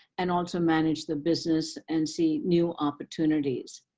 and also manage the business and see new opportunities.